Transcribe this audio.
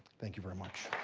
thank you very much.